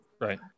Right